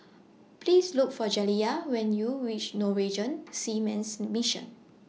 Please Look For Jaliyah when YOU REACH Norwegian Seamen's Mission